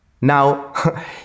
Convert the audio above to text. Now